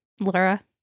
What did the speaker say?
Laura